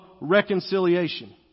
reconciliation